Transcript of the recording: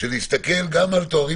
או ישיבה גדולה,